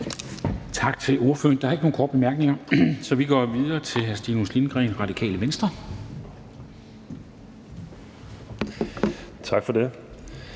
Tak til ordføreren. Der er ikke nogen korte bemærkninger, så vi går videre til hr. Stinus Lindgreen, Radikale Venstre. Kl.